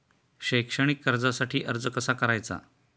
शैक्षणिक कर्जासाठी अर्ज कसा करायचा?